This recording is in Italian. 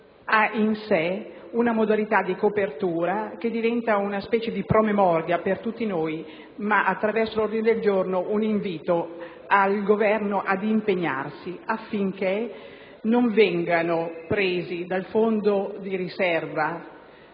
ha in sé una modalità di copertura che diventa una specie di promemoria per tutti noi, per cui l'ordine del giorno invita il Governo ad impegnarsi affinché non vengano prelevati dal fondo di riserva